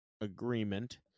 agreement